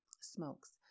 smokes